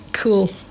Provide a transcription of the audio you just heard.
cool